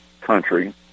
country